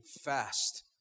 fast